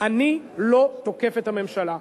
אני לא תוקף את הממשלה.